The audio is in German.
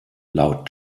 laut